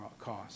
cost